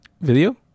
Video